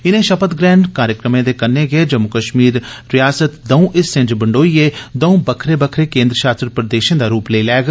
इनें शपथ ग्रहण कार्यक्रमै दे कन्नै गै जम्मू कश्मीर रियासत दऊं हिस्सें च बंडोइए दऊं बक्खरे बक्खरे केंद्र शासत प्रदशें दा रूप लेई लैग